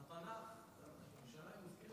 ירושלים מוזכרת